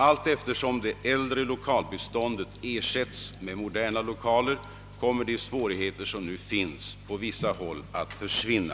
Allteftersom det äldre lokalbeståndet ersätts med moderna lokaler kommer de svårigheter som nu finns på vissa håll att försvinna.